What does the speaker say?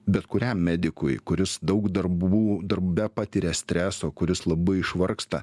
bet kuriam medikui kuris daug darbų darbe patiria streso kuris labai išvargsta